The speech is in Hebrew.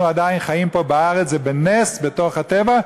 עדיין חיים פה בארץ זה בנס בתוך הטבע,